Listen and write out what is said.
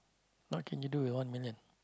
what can you do with one million